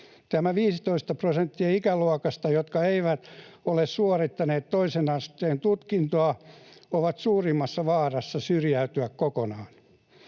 Nämä 15 prosenttia ikäluokasta, joka ei ole suorittanut toisen asteen tutkintoa, on suurimmassa vaarassa syrjäytyä kokonaan,